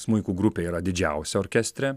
smuikų grupė yra didžiausia orkestre